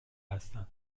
هستن